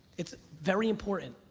it's very important.